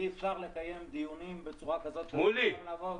אי אפשר לקיים דיונים בצורה כזאת.